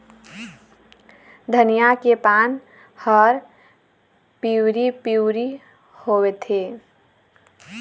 धनिया के पान हर पिवरी पीवरी होवथे?